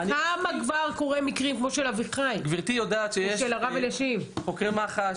כמה כבר מקרים כמו של אביחי או של הרב אלישיב קורים?